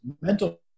mental